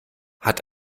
hat